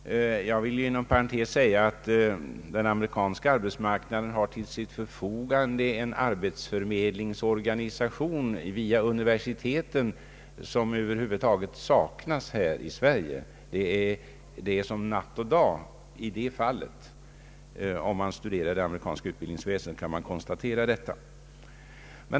Jag vill inom parentes nämna att den amerikanska arbetsmarknaden till sitt förfogande har en arbetsförmedlingsorganisation via unversiteten som över huvud taget saknas här i Sverige. Det är som natt och dag i det fallet. Den som studerar det amerikanska utbildningsväsendet kan konstatera detta.